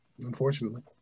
unfortunately